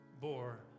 bore